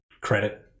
credit